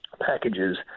packages